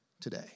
today